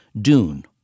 Dune